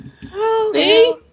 See